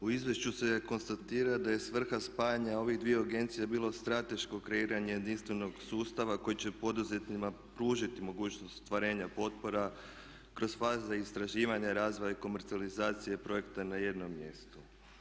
U izvješću se konstatira da je svrha spajanja ovih dviju agencija bilo strateško kreiranje jedinstvenog sustava koji će poduzetima pružiti mogućnost ostvarenja potpora kroz faze istraživanja, razvoja i komercijalizacije projekta na jednom mjestu.